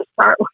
start